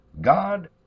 God